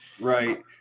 Right